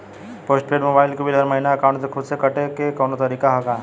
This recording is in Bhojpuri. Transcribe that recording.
पोस्ट पेंड़ मोबाइल क बिल हर महिना एकाउंट से खुद से कटे क कौनो तरीका ह का?